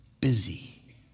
busy